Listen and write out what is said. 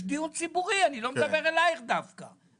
יש דיון ציבורי אני לא מדבר דווקא אלייך,